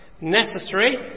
necessary